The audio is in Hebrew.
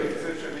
אתה